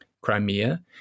Crimea